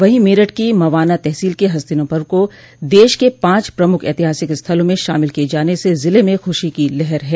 वहीं मेरठ की मवाना तहसील के हस्तिनापुर को देश के पांच प्रमुख ऐतिहासिक स्थलों में शामिल किये जाने स जिले में खुशी की लहर है